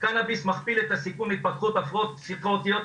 קנאביס מכפיל את הסיכון להתפתחות הפרעות פסיכוטיות,